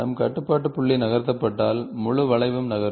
நம் கட்டுப்பாட்டு புள்ளி நகர்த்தப்பட்டால் முழு வளைவும் நகரும்